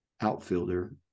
outfielder